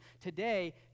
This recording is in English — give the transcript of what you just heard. today